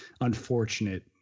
unfortunate